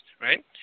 right